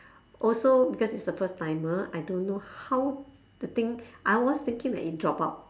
also because it's a first timer I don't know how the thing I was thinking that it drop out